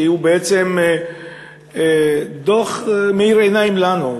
שהוא בעצם דוח מאיר עיניים לנו,